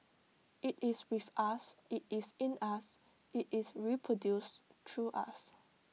IT is with us IT is in us IT is reproduced through us